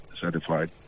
certified